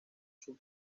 sus